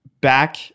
back